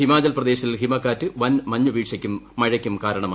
ഹിമാചൽ പ്രദേശിൽ ഹിമകാറ്റ് വൻ മഞ്ഞുവീഴ്ചയ്ക്കും മഴയ്ക്കും കാരണമായി